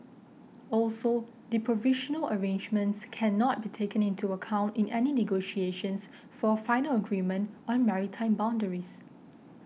also the provisional arrangements cannot be taken into account in any negotiations for final agreement on maritime boundaries